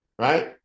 Right